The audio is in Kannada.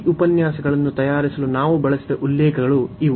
ಈ ಉಪನ್ಯಾಸಗಳನ್ನು ತಯಾರಿಸಲು ನಾವು ಬಳಸಿದ ಉಲ್ಲೇಖಗಳು ಇವು